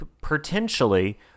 potentially